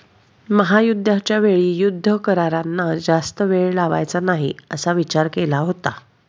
महायुद्धाच्या वेळी युद्ध करारांना जास्त वेळ लावायचा नाही असा विचार केला होता